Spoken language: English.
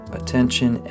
attention